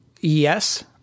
Yes